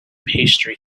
pastry